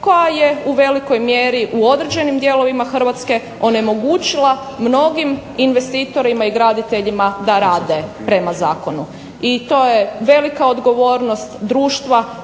koja je u velikoj mjeri u određenim dijelovima Hrvatske onemogućila mnogim investitorima i graditeljima da rade prema zakonu. I to je velika odgovornost društva